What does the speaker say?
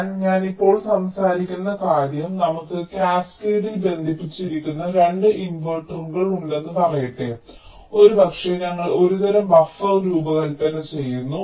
എന്നാൽ ഞാൻ ഇപ്പോൾ സംസാരിക്കുന്ന കാര്യം നമുക്ക് കാസ്കേഡിൽ ബന്ധിപ്പിച്ചിരിക്കുന്ന 2 ഇൻവെർട്ടറുകൾ ഉണ്ടെന്ന് പറയട്ടെ ഒരുപക്ഷേ ഞങ്ങൾ ഒരുതരം ബഫർ രൂപകൽപ്പന ചെയ്യുന്നു